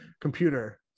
computer